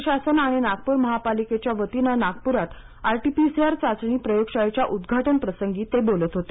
राज्य शासन आणि नागपूर महानगरपालिकेच्या वतीनं नागपुरात आरटी पीसीआर चाचणी प्रयोगशाळेच्या उद्घाटन प्रसंगी ते बोलत होते